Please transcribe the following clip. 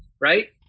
right